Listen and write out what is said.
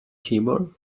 keyboard